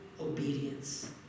obedience